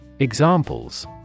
examples